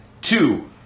two